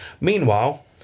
Meanwhile